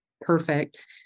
perfect